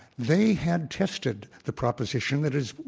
they had tested the proposition that is,